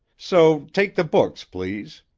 so take the books, please.